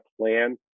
plan